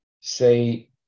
say